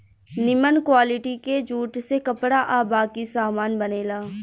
निमन क्वालिटी के जूट से कपड़ा आ बाकी सामान बनेला